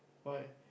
why